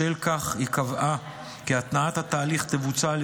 בשל כך קבעה כי התנעת התהליך תבוצע על